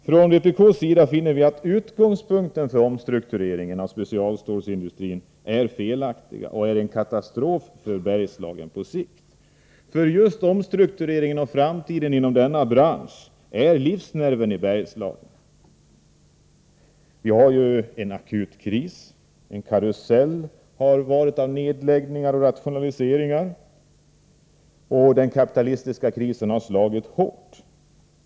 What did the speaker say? Från vpk:s sida finner vi att utgångspunkten för omstrukturering av specialstålsindustrin är felaktig och innebär en katastrof för Bergslagen på sikt. För just omstruktureringen av framtiden inom denna bransch är livsnerven i Bergslagen. Vi har ju en akut kris; det har varit en karusell av nedläggningar och rationaliseringar, och den kapitalistiska krisen har slagit hårt.